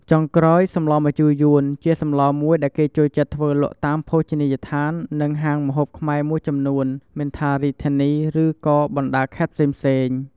ចុងក្រោយ សម្លម្ជូរយួនជាសម្លមួយដែលគេចូលចិត្តធ្វើលក់តាមភោជនីយដ្ឋាននិងហាងម្ហូបខ្មែរមួយចំនួន មិនថារាជធានី ឬក៏បណ្តាខេត្តផ្សេងៗ។